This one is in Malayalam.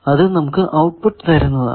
അത് നമുക്ക് ഔട്ട്പുട്ട് തരുന്നതാണ്